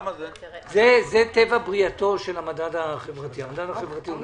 זה טבע בריאתו של המדד החברתי.